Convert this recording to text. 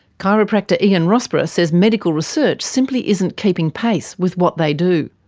chiropractor ian rossborough says medical research simply isn't keeping pace with what they do.